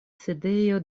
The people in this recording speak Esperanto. sidejo